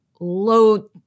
load